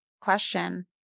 question